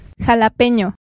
Jalapeño